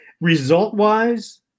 result-wise